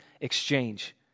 exchange